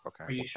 Okay